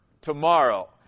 tomorrow